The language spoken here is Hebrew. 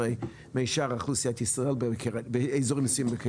משאר אוכלוסיית ישראל באזורים מסוימים בקריית חיים.